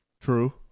True